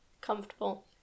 comfortable